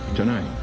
tonight,